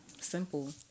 Simple